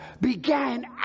began